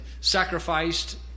sacrificed